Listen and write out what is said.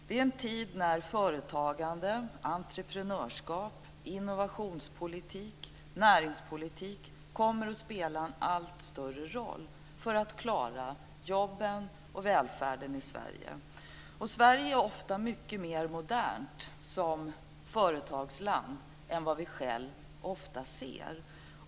Det är en tid när företagande, entreprenörskap, innovationspolitik och näringspolitik kommer att spela en allt större roll för att klara jobben och välfärden i Sverige. Sverige är ofta mycket mer modernt som företagsland än vad vi själva ser.